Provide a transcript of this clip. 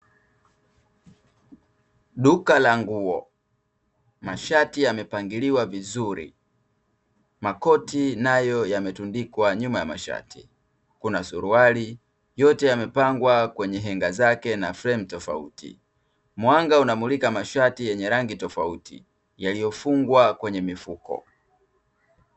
Duka la nguo. Mashati yamepangiliwa vizuri makoti nayo yametundikwa nyuma ya mashati, kuna suruali, yote yamepangwa kwenye henga zake na fremu tofauti. Mwanga unamulika mashati yenye rangi tofauti yaliyofungwa kwenye mifuko.